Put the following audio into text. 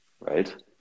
right